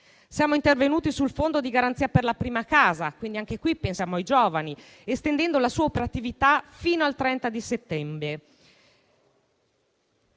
Siamo intervenuti sul fondo di garanzia per la prima casa (anche in questo caso pensiamo ai giovani) estendendo la sua operatività fino al 30 settembre;